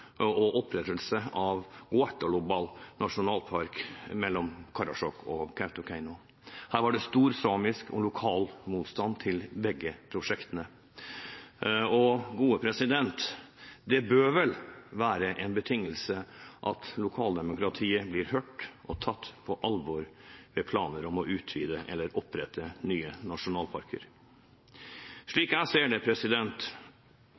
mellom Karasjok og Kautokeino. Her var det stor samisk og lokal motstand mot begge prosjektene, og det bør vel være en betingelse at lokaldemokratiet blir hørt og tatt på alvor ved planer om å utvide eller opprette nye nasjonalparker.